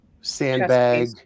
sandbag